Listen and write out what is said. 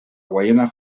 guayana